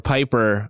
Piper